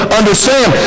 understand